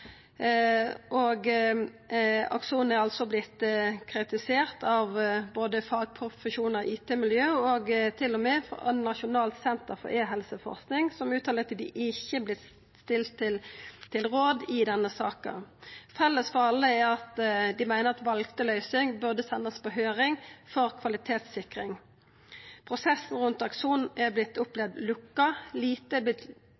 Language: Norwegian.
har altså vorte kritisert av både fagprofesjonar, IT-miljø og til og med av Nasjonalt senter for e-helseforskning, som uttalar at dei ikkje har vorte spurde om råd i denne saka. Felles for alle er at dei meiner den valde løysinga burde sendast på høyring for kvalitetssikring. Prosessen rundt